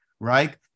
Right